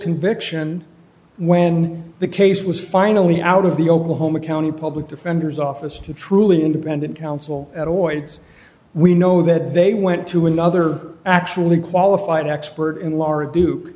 conviction when the case was finally out of the oklahoma county public defender's office to truly independent counsel at oids we know that they went to another actually qualified expert in la